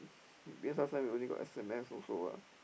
because last time we only got S_M_S also ah